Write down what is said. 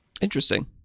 Interesting